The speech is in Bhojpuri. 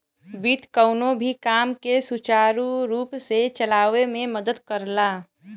वित्त कउनो भी काम के सुचारू रूप से चलावे में मदद करला